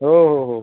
हो हो हो